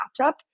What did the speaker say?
Matchup